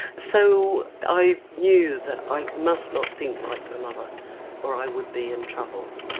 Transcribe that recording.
so i knew that i must not think like my mother or i would be in trouble.